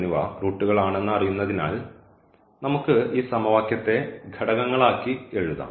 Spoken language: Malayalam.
എന്നിവ റൂട്ടുകൾ ആണെന്ന് അറിയുന്നതിനാൽ നമുക്ക് ഈ സമവാക്യത്തെ ഘടകങ്ങളാക്കി എഴുതാം